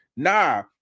Nah